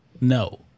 No